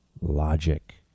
logic